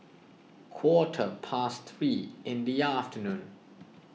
quarter past three in the afternoon